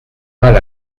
mal